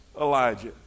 Elijah